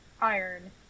iron